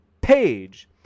page